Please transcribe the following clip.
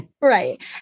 Right